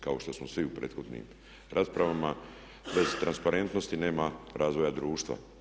Kao što smo svi u prethodnim raspravama, bez transparentnosti nema razvoja društva.